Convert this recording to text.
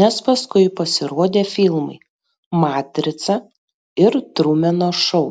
nes paskui pasirodė filmai matrica ir trumeno šou